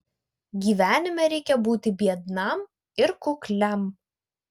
gyvenime reikia būti biednam ir kukliam